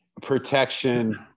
protection